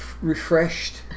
refreshed